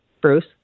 Bruce